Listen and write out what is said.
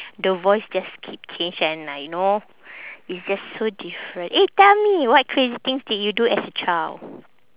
the voice just keep change and I know it's just so different eh tell me what crazy things did you do as a child